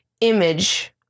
image